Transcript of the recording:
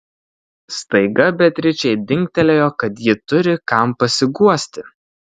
staiga beatričei dingtelėjo kad ji turi kam pasiguosti